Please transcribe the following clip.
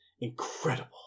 Incredible